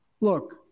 Look